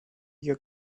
your